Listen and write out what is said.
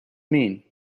mean